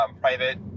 private